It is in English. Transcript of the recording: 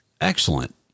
Excellent